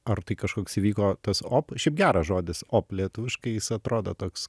ar tai kažkoks įvyko tas op šiaip geras žodis op lietuviškai jis atrodo toks